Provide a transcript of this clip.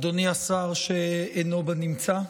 אדוני השר, שאינו בנמצא,